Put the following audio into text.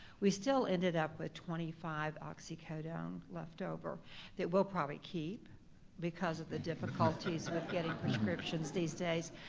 we still ended up with twenty five oxycodone left over that we'll probably keep because of the difficulties with getting prescriptions these days.